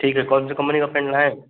ठीक है कौन सी कम्पनी का पेन्ट लाएँ